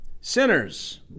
sinners